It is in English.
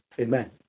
Amen